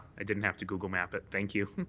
i didn't have to google map it. thank you.